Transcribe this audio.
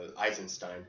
Eisenstein